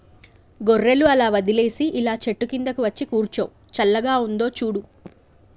గొర్రెలు అలా వదిలేసి ఇలా చెట్టు కిందకు వచ్చి కూర్చో చల్లగా ఉందో చూడు